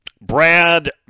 Brad